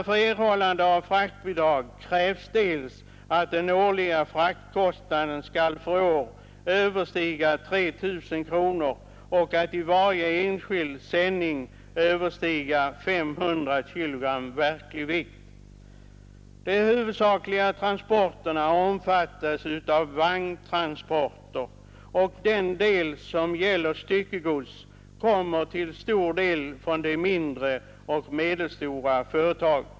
För erhållande av fraktbidrag krävs att den årliga fraktkostnaden överstiger 3 000 kronor och att varje enskild sändning överstiger 500 kg i verklig vikt. De huvudsakliga transporterna består av vagntransporter, och den del som gäller styckegods kommer till stor del från mindre och medelstora företag.